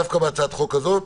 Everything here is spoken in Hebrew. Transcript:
דווקא בהצעת החוק הזו,